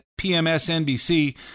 PMSNBC